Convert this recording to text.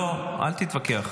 לא, אל תתווכח.